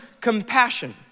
compassion